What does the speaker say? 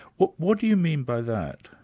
what what do you mean by that?